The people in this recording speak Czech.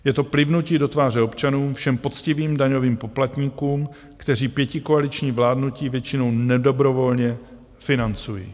Je to plivnutí do tváře občanům, všem poctivým daňovým poplatníkům, kteří pětikoaliční vládnutí většinou nedobrovolně financují.